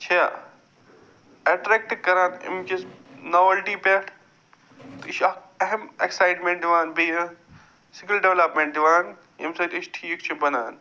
چھِ اٮ۪ٹرٛٮ۪کٹ کَران اَمہِ کِس ناوٮ۪لٹی پٮ۪ٹھ تہٕ یہِ چھِ اکھ اہم اٮ۪کسایِٹمٮ۪نٛٹ دِوان بیٚیہِ سِنٛگٕل ڈٮ۪ولاپمٮ۪نٛٹ دِوان ییٚمہِ سۭتۍ أسۍ ٹھیٖک چھِ بنان